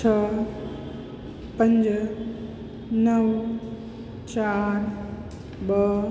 छह पंज नव चार ॿ